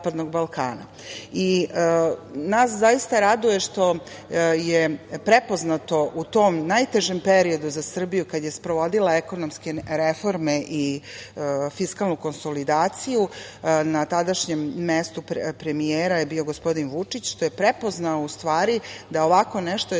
zaista raduje što je prepoznato u tom najtežem periodu za Srbiju, kad je sprovodila ekonomske reforme i fiskalnu konsolidaciju na tadašnjem mestu premijera je bio gospodin Vučić, što je u stvari prepoznao da ovako nešto je